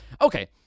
Okay